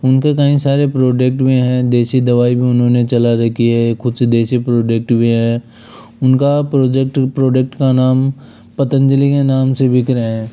उनके कने सारे प्रोडक्ट भी हैं देसी दवाई भी उन्होंने चला रखी हैं कुछ देसी प्रोडक्ट भी हैं उनका प्रोजेक्ट प्रोडक्ट का नाम पतंजलि के नाम से बिक रहे हैं